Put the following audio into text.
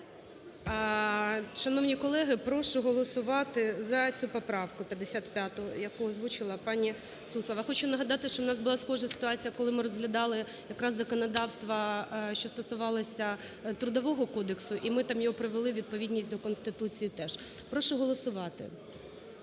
Шановні колеги, прошу голосувати за цю поправку, 55-у, яку озвучила пані Суслова. Хочу нагадати, що в нас була схожа ситуація, коли ми розглядати якраз законодавство, що стосувалося Трудового кодексу, і ми там привели його у відповідність до Конституції теж. Прошу голосувати.